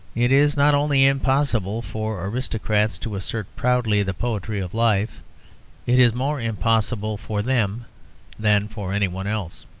it is not only impossible for aristocrats to assert proudly the poetry of life it is more impossible for them than for anyone else.